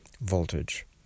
voltage